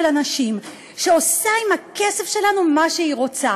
אנשים שעושה עם הכסף שלנו מה שהיא רוצה.